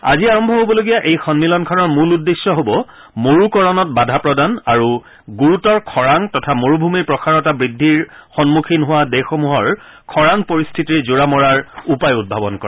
আজি আৰম্ভ হ'বলগীয়া এই সমিলনখনৰ মূল উদ্দেশ্য হব মৰুকৰণত বাধা প্ৰদান আৰু গুৰুতৰ খৰাং তথা মৰুভূমিৰ প্ৰসাৰতা বৃদ্ধিৰ সন্মুখীন হোৱা দেশসমূহৰ খৰাং পৰিস্থিতিৰ জোৰা মৰাৰ উপায় উদ্ভাৱন কৰা